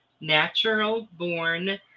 natural-born